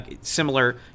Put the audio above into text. similar